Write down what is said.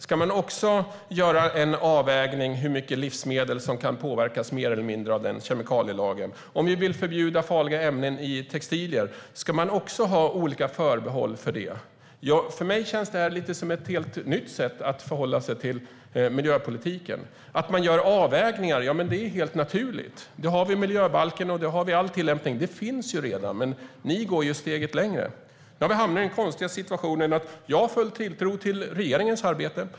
Ska det göras en avvägning av hur mycket livsmedel som mer eller mindre kan påverkas av den kemikalielagen? Om vi vill förbjuda farliga ämnen i textilier, ska man då ha olika förbehåll för det? För mig känns det här som ett helt nytt sätt att förhålla sig till miljöpolitiken. Det är helt naturligt att man gör avvägningar. Miljöbalken och annat finns ju redan, men ni tar ett steg längre. Nu har vi hamnat i den konstiga situationen att jag har full tilltro till regeringens arbete.